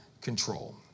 control